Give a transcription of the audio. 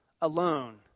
alone